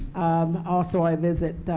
um also i visit.